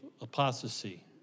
apostasy